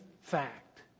fact